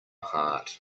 heart